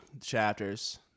chapters